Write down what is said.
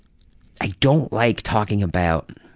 i don't like talking about